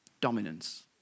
dominance